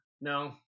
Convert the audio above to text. No